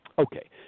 Okay